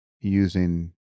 using